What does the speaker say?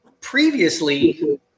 previously